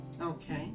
Okay